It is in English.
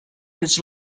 his